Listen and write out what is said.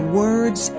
words